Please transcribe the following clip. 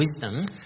wisdom